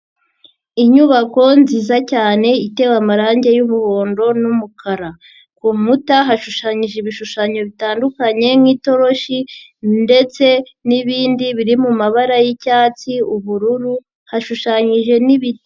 Inyubako nziza cyane itewe amarangi y'umuhondo n'umukara, ku nkuta hashushanyije ibishushanyo bitandukanye nk'itoroshi ndetse n'ibindi biri mu mabara y'icyatsi, ubururu, hashushanyije n'ibiti.